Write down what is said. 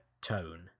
tone